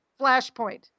flashpoint